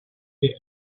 they